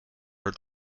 her